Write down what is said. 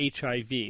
HIV